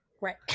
Right